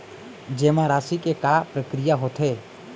जेमा राशि के का प्रक्रिया होथे?